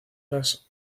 las